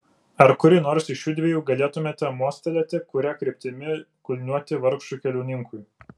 ar kuri nors iš judviejų galėtumėte mostelėti kuria kryptimi kulniuoti vargšui keliauninkui